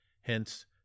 Hence